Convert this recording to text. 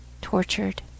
tortured